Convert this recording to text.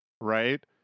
Right